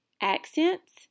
ACCENTS